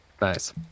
nice